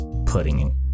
putting